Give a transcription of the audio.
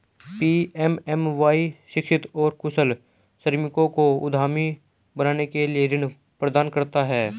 PMMY शिक्षित और कुशल श्रमिकों को उद्यमी बनने के लिए ऋण प्रदान करता है